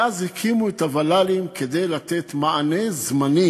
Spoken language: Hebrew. ואז הקימו את הוול"לים כדי לתת מענה זמני.